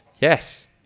Yes